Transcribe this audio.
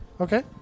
Okay